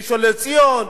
ראשון-לציון,